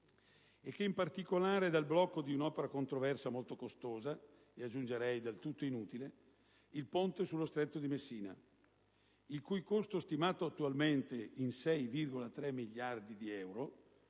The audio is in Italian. e, in particolare, al blocco di un'opera controversa e molto costosa (e, aggiungerei, del tutto inutile): il ponte sullo Stretto di Messina, il cui costo è stimato attualmente in 6,3 miliardi di euro,